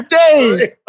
days